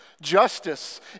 Justice